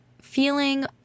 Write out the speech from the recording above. feeling